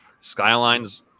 Skyline's